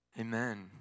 amen